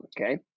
Okay